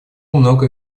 многое